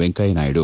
Venkaiah Naidu